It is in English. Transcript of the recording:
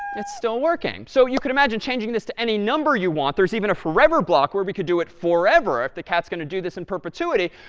it's still working. so you could imagine changing this to any number you want. there's even a forever block, where we could do it forever, if the cat's going to do this in perpetuity.